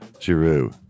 Giroux